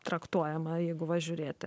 traktuojama jeigu va žiurėti